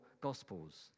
gospels